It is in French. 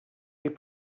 les